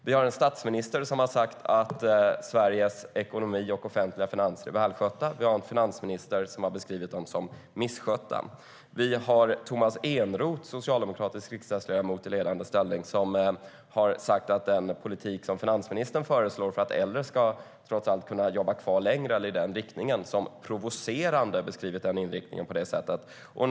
Vi har en statsminister som har sagt att Sveriges ekonomi och offentliga finanser är välskötta. Vi har en finansminister som har beskrivit dem som misskötta. Vi har Tomas Eneroth, socialdemokratisk riksdagsledamot i ledande ställning, som har sagt att den politik som finansministern föreslår för att äldre trots allt ska kunna jobba kvar längre eller gå i den riktningen är provocerande. På det sättet har han alltså beskrivit den inriktningen.